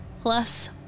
plus